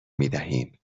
میدهیم